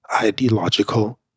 ideological